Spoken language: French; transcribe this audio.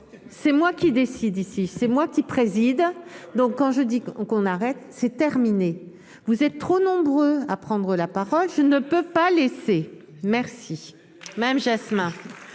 c'est moi qui décide ici c'est moi qui préside donc quand je dis qu'on qu'on arrête, c'est terminé, vous êtes trop nombreux à prendre la parole, je ne peux pas laisser merci